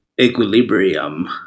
equilibrium